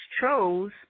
chose